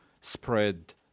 spread